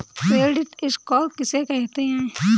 Credit score किसे कहते हैं?